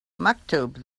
maktub